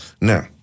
Now